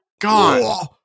God